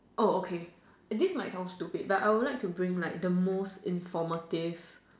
okay this might sound stupid but I would like to bring like the most informative